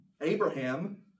Abraham